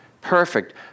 perfect